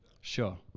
Sure